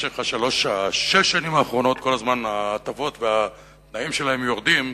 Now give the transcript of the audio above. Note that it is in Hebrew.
שבמשך שש השנים האחרונות כל הזמן ההטבות והתנאים שלהם יורדים,